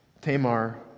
Tamar